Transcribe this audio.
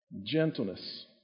gentleness